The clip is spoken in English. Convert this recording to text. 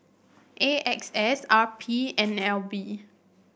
A X S R P N L B